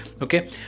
Okay